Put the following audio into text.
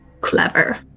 clever